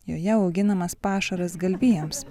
joje auginamas pašaras galvijams